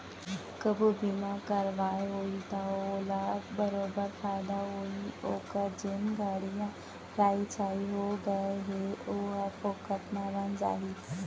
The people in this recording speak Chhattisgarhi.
कभू बीमा करवाए होही त ओला बरोबर फायदा होही ओकर जेन गाड़ी ह राइ छाई हो गए हे ओहर फोकट म बन जाही